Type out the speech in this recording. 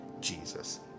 Jesus